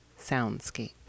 soundscape